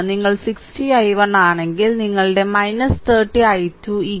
നിങ്ങൾ 60 i1 ആണെങ്കിൽ നിങ്ങളുടെ 30 i2 വോക്